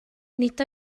nid